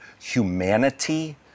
humanity